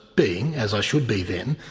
being, as i should be then,